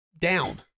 down